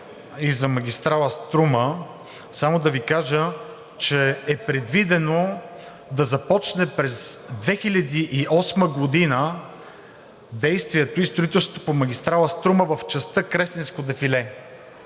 и за магистрала „Струма“ само да Ви кажа, че е предвидено да започне през 2008 г. действието и строителството на магистрала „Струма“ в частта „Кресненско дефиле“.